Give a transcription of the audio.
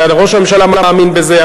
ראש הממשלה מאמין בזה,